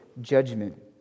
judgment